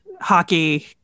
hockey